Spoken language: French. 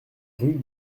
rue